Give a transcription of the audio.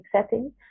setting